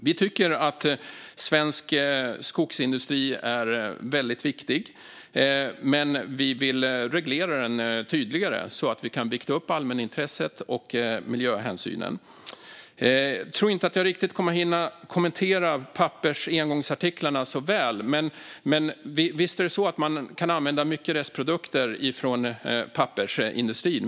Vi tycker att svensk skogsindustri är viktig, men vi vill reglera den tydligare så att vi kan vikta upp allmänintresset och miljöhänsynen. Jag kommer inte att hinna kommentera frågan om engångsartiklarna så väl, men visst kan man använda mycket restprodukter från pappersindustrin.